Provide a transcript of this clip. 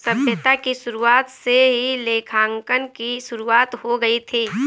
सभ्यता की शुरुआत से ही लेखांकन की शुरुआत हो गई थी